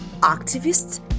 activists